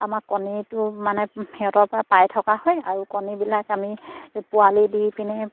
আমাৰ কণীটো মানে সিহঁতৰপৰা পাই থকা হয় আৰু কণীবিলাক আমি পোৱালি দি পিনে